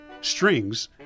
strings